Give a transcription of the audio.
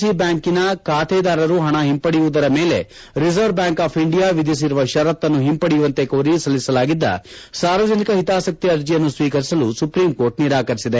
C ಬ್ಯಾಂಕಿನ ಖಾತೆದಾರರು ಪಣ ಹಿಂಪಡೆಯುವುದರ ಮೇಲೆ ರಿಸರ್ವ ಬ್ಯಾಂಕ್ ಆಫ್ ಇಂಡಿಯಾ ವಿಧಿಸಿರುವ ಷರತ್ತನ್ನು ಹಿಂಪಡೆಯುವಂತೆ ಕೋರಿ ಸಲ್ಲಿಸಲಾಗಿದ್ದ ಸಾರ್ವಜನಿಕ ಹಿತಾಸಕ್ತಿ ಅರ್ಜೆಯನ್ನು ಸ್ವೀಕರಿಸಲು ಸುಪ್ರೀಂ ಕೋರ್ಟ ನಿರಾಕರಿಸಿದೆ